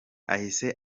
ahise